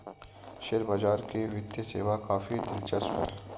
share बाजार की वित्तीय सेवा काफी दिलचस्प है